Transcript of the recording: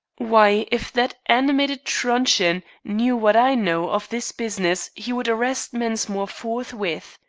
why, if that animated truncheon knew what i know of this business he would arrest mensmore forthwith.